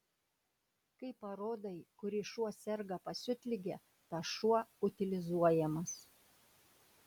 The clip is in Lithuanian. kai parodai kuris šuo serga pasiutlige tas šuo utilizuojamas